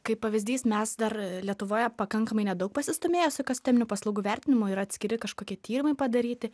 kaip pavyzdys mes dar lietuvoje pakankamai nedaug pasistūmėję su ekosisteminių paslaugų vertinimu yra atskiri kažkokie tyrimai padaryti